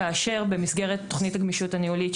כאשר במסגרת תוכנית הגמישות הניהולית,